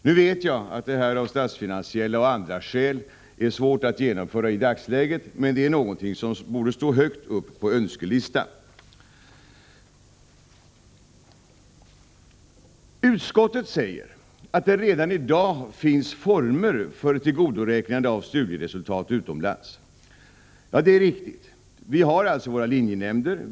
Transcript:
Nu vet jag att detta av statsfinansiella och andra skäl är svårt att genomföra i dagsläget, men det är någonting som borde stå högt på önskelistan. Utskottet skriver att det redan i dag finns former för tillgodoräknande av studieresultat utomlands. Det är riktigt, vi har alltså våra linjenämnder.